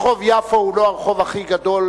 רחוב יפו הוא לא הרחוב הכי גדול,